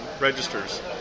registers